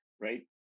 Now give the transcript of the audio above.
right